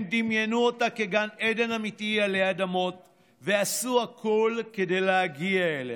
הם דמיינו אותה כגן עדן אמיתי עלי אדמות ועשו הכול כדי להגיע אליה.